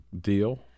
deal